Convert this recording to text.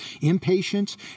impatient